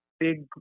big